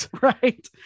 right